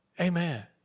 Amen